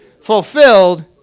fulfilled